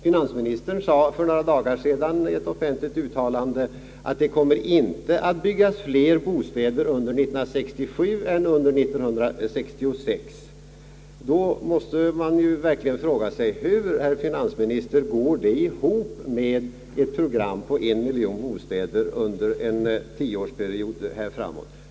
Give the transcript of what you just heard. Finansministern sade för några dagar sedan i ett offentligt uttalande att det inte kommer att byggas flera bostäder under 1967 än under 1966. Då måste man verkligen fråga: Hur, herr finansminister, går det ihop med ett program på en miljon bostäder under en iloårsperiod framöver?